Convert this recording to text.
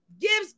gives